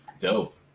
Dope